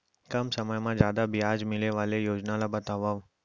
कम समय मा जादा ब्याज मिले वाले योजना ला बतावव